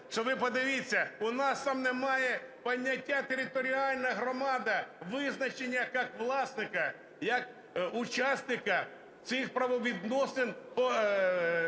ви подивіться, у нас там немає поняття "територіальна громада" – визначення як власника, як учасника цих правовідносин